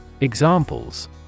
Examples